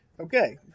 Okay